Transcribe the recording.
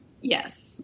Yes